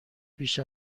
بیش